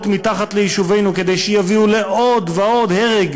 מתחת ליישובינו כדי שיביאו לעוד ועוד הרג,